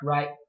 Right